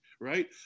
right